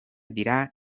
dira